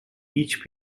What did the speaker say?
each